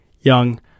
young